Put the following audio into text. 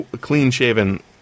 clean-shaven